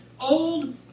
old